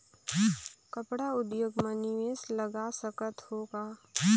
कपड़ा उद्योग म निवेश लगा सकत हो का?